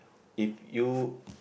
if you